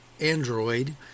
android